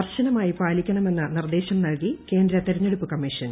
കർശനമായി പാലിക്കണമെന്ന് ബിർദ്ദേശം നൽകി കേന്ദ്ര തെരഞ്ഞെടുപ്പ് കമ്മീഷൻ